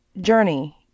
journey